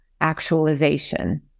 actualization